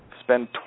Spend